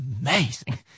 amazing